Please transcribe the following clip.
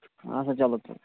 اچھا چلو ٹھیٖک